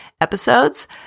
episodes